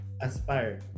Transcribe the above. aspire